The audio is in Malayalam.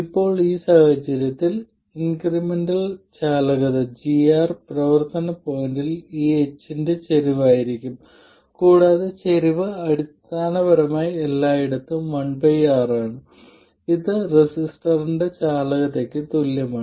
ഇപ്പോൾ ഈ സാഹചര്യത്തിൽ ഇൻക്രിമെന്റൽ ചാലകത gR പ്രവർത്തന പോയിന്റിൽ ഈ h ന്റെ ചരിവായിരിക്കും കൂടാതെ ചരിവ് അടിസ്ഥാനപരമായി എല്ലായിടത്തും 1R ആണ് ഇത് റെസിസ്റ്ററിന്റെ ചാലകതയ്ക്ക് തുല്യമാണ്